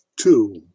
two